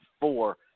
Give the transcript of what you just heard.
four